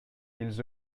ils